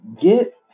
Get